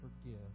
forgive